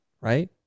right